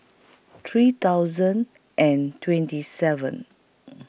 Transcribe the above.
three thousand and twenty seven